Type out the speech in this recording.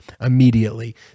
immediately